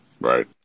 Right